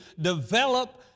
develop